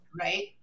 Right